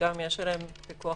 שגם יש עליהם פיקוח